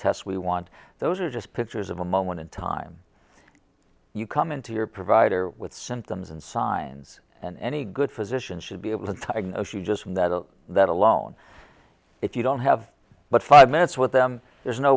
tests we want those are just pictures of a moment in time you come in to your provider with symptoms and signs and any good physician should be able to type a she just met that alone if you don't have but five minutes with them there's no